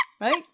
Right